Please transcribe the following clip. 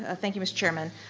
ah thank you mr. chairman.